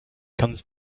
comes